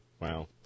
Wow